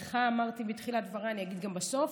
לך אמרתי בתחילת דבריי, אני אגיד גם בסוף,